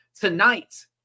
Tonight